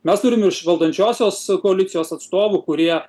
mes turim iš valdančiosios koalicijos atstovų kurie